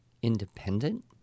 independent